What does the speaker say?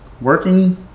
working